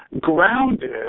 grounded